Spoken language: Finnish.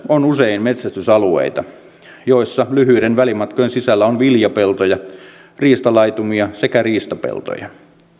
on usein metsästysalueita joilla lyhyiden välimatkojen sisällä on viljapeltoja riistalaitumia sekä riistapeltoja